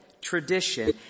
tradition